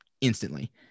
instantly